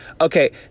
okay